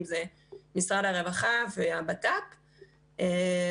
אם זה משרד הרווחה והמשרד לביטחון פנים.